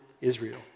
Israel